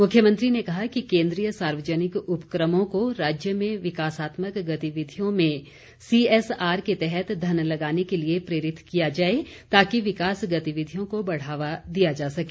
मुख्यमंत्री ने कहा कि केन्द्रीय सार्वजनिक उपक्रमों को राज्य में विकासात्मक गतिविधियों में सीएसआर के तहत धन लगाने के लिए प्रेरित किया जाए ताकि विकास गतिविधियों को बढ़ावा दिया जा सके